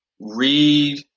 read